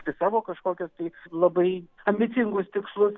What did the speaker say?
savo kažkokius tai labai ambicingus tikslus